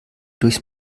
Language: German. durchs